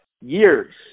years